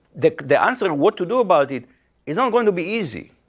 the the answer what to do about it isn't going to be easy.